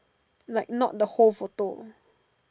like not the whole photo